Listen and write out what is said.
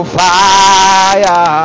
fire